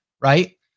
right